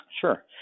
Sure